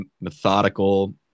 methodical